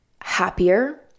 happier